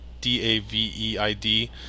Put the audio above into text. D-A-V-E-I-D